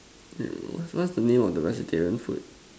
I don't know what's what's the name of the vegetarian food